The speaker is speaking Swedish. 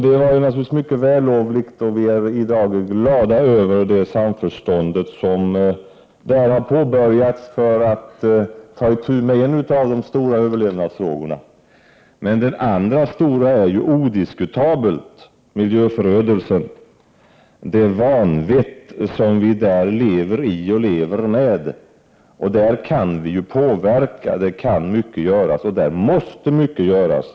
Det var naturligtvis mycket vällovligt, och vi är i dag glada över det samförstånd som där har påbörjats för att ta itu med en av de stora överlevnadsfrågorna. Men den andra stora frågan är odiskutabelt miljöförödelsen — det vanvett som vilever i och lever med. På den punkten kan vi påverka. Där kan mycket göras — och måste göras.